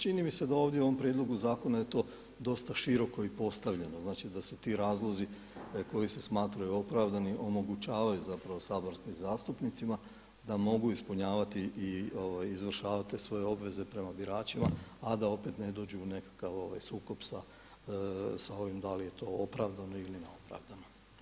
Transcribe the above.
Čini mi se da ovdje u ovom prijedlogu zakona je to dosta široko i postavljeno, znači da su ti razlozi koji se smatraju opravdanim omogućavaju zapravo saborskim zastupnicima da mogu ispunjavati i izvršavati te svoje obveze prema biračima a da opet ne dođu u nekakav sukob sa ovim da li je to opravdano ili neopravdano.